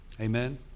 Amen